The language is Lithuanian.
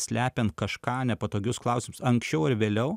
slepiant kažką nepatogius klausimus anksčiau ar vėliau